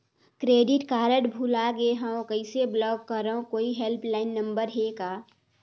Credit card भुला गे हववं कइसे ब्लाक करव? कोई हेल्पलाइन नंबर हे का?